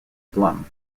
blum